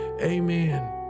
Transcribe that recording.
Amen